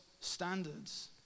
standards